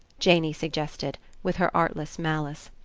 janey suggested, with her artless malice.